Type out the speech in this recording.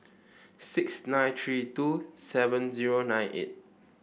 six nine three two seven zero nine eight